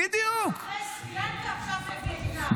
אחרי סרי לנקה, עכשיו זה וייטנאם.